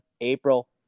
april